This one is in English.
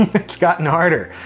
it's gotten harder.